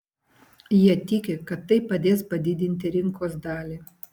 jie tiki kad tai padės padidinti rinkos dalį